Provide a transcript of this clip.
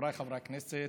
חבריי חברי הכנסת,